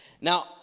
Now